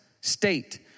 state